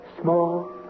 small